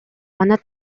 манай